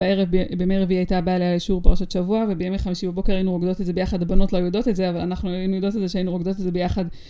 בערב בימי רביעי היא הייתה באה אליי לשיעור פרשת שבוע, ובימי חמישי בבוקר היינו רוקדות את זה ביחד, הבנות לא יודעות את זה, אבל אנחנו היינו יודעות את זה שהיינו רוקדות את זה ביחד